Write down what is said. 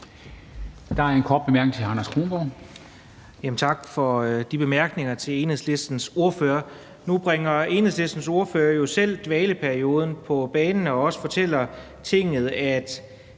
Der er en kort bemærkning til hr. Carl